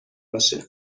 باشه